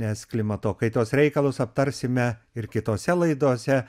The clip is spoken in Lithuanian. nes klimato kaitos reikalus aptarsime ir kitose laidose